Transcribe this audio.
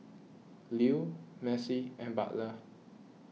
Lew Mercy and Butler